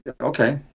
Okay